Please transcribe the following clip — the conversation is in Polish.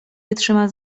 wytrzyma